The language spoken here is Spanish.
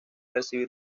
recibir